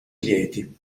lieti